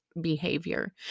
behavior